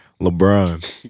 LeBron